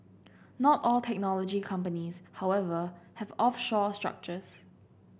not all technology companies however have offshore structures